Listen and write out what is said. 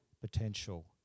potential